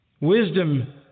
Wisdom